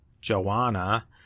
Joanna